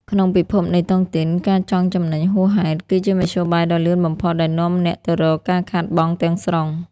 ក្នុងពិភពនៃតុងទីន "ការចង់ចំណេញហួសហេតុ" គឺជាមធ្យោបាយដ៏លឿនបំផុតដែលនាំអ្នកទៅរកការខាតបង់ទាំងស្រុង។